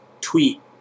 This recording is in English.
tweet